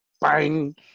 bang